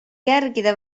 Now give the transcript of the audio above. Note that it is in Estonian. järgida